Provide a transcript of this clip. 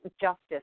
justice